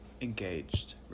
engaged